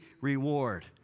reward